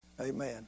Amen